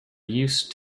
used